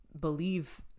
believe